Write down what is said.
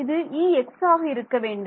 இது Ex ஆக இருக்க வேண்டும்